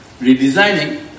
redesigning